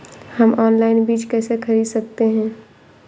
हम ऑनलाइन बीज कैसे खरीद सकते हैं?